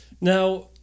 Now